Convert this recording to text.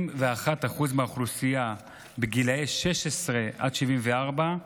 21% מהאוכלוסייה בגילי 16 עד 74,